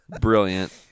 Brilliant